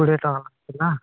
କୋଡ଼ିଏ ଟଙ୍କା ଥିଲା